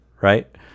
right